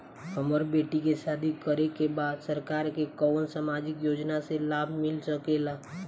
हमर बेटी के शादी करे के बा सरकार के कवन सामाजिक योजना से लाभ मिल सके ला?